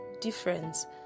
Difference